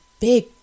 big